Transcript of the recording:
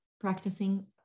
practicing